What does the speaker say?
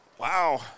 Wow